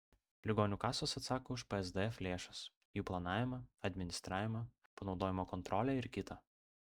ligonių kasos atsako už psdf lėšas jų planavimą administravimą panaudojimo kontrolę ir kita